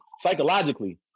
Psychologically